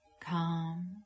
calm